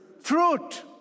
fruit